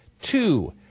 two